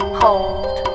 hold